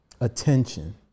attention